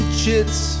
chits